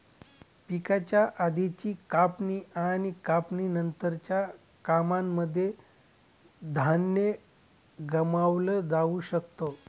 पिकाच्या आधीची कापणी आणि कापणी नंतरच्या कामांनमध्ये धान्य गमावलं जाऊ शकत